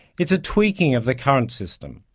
it's a tweaking of the current system.